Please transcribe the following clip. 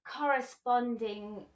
corresponding